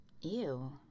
Ew